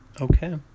Okay